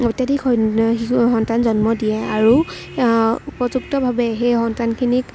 অত্য়াধিক সন্তান জন্ম দিয়ে আৰু উপযুক্তভাৱে সেই সন্তানখিনিক